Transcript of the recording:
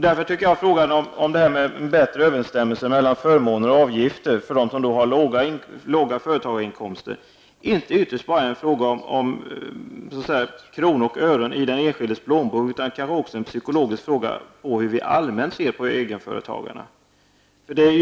Därför tycker jag att frågan om bättre överensstämmelse mellan förmåner och avgifter för dem som har låga inkomster av sitt företag inte ytterst bara är en fråga om kronor och ören i den enskildes plånbok, utan kanske också en psykologisk fråga om hur vi allmänt ser på egenföretagarna.